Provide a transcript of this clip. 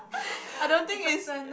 I don't think it's